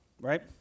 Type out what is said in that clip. right